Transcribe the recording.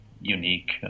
unique